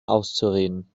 auszureden